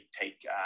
take